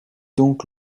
donc